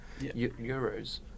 Euros